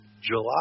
July